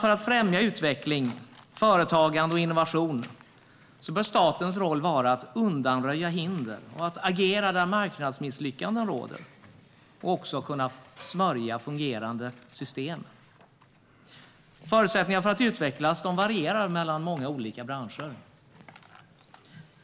För att främja utveckling, företagande och innovation bör statens roll vara att undanröja hinder, att agera där marknadsmisslyckanden råder men också att kunna smörja fungerande system. Förutsättningarna för att utvecklas varierar mycket mellan olika branscher.